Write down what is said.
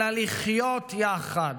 אלא לחיות יחד,